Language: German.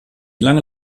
lange